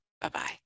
bye-bye